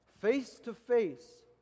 face-to-face